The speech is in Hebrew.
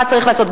מה צריך לעשות.